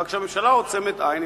רק שהממשלה עוצמת עין.